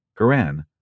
Quran